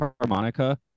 harmonica